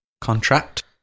Contract